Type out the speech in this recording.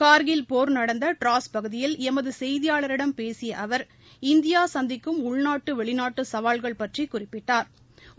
கார்கில் போர் நடந்த ட்டிராஸ் பகுதியில் எமது செய்தியாளரிடம் பேசிய அவர் இந்தியா சந்திக்கும் உள்நாட்டு வெளிநாட்டு சவால்கள் பற்றி குறிப்பிட்டாா்